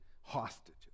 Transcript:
hostages